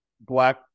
black